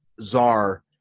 czar